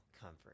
comfort